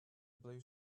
blue